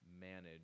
manage